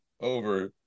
Over